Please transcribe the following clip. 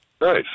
Nice